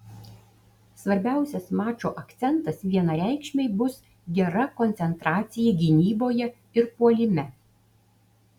svarbiausias mačo akcentas vienareikšmiai bus gera koncentracija gynyboje ir puolime